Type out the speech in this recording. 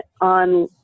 on